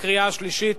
לקריאה השלישית.